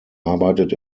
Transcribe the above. arbeitet